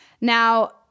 now